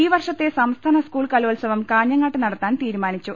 ഈ വർഷത്തെ സംസ്ഥാന സ്കൂൾ കലോത്സവം കാഞ്ഞ ങ്ങാട്ട് നടത്താൻ തീരുമാനിച്ചു